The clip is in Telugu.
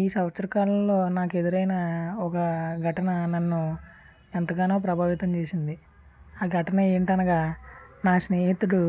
ఈ సంవత్సరకాలంలో నాకెదురైన ఒక ఘటన నన్ను ఎంతగానో ప్రభావితం చేసింది ఆ ఘటన ఏంటి అనగా నగా నా స్నేహితుడు